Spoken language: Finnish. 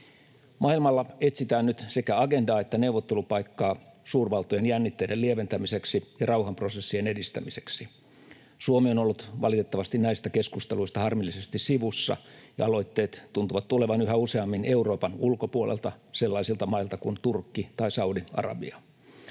Maailmalla etsitään nyt sekä agendaa että neuvottelupaikkaa suurvaltojen jännitteiden lieventämiseksi ja rauhanprosessien edistämiseksi. Suomi on ollut valitettavasti näistä keskusteluista harmillisesti sivussa, ja aloitteet tuntuvat tulevan yhä useammin Euroopan ulkopuolelta sellaisilta mailta kuin Turkki tai Saudi-Arabia.